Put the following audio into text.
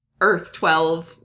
Earth-12